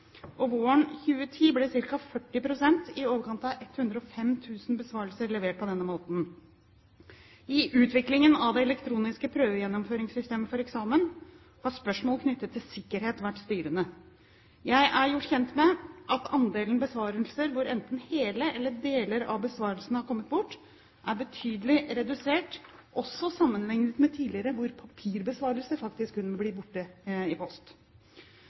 Våren 2010 ble ca. 40 pst., i overkant av 105 000 besvarelser, levert på denne måten. I utviklingen av det elektroniske prøvegjennomføringssystemet for eksamen har spørsmål knyttet til sikkerhet vært styrende. Jeg er gjort kjent med at andelen besvarelser hvor enten hele eller deler av besvarelsen har kommet bort, er betydelig redusert sammenliknet med tidligere, da også papirbesvarelser faktisk kunne bli borte i